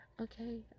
Okay